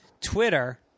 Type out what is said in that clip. Twitter –